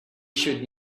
should